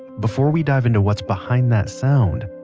before we dive into what's behind that sound,